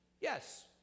Yes